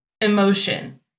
emotion